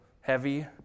heavy